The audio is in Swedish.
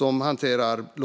De hanterar till exempel